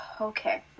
Okay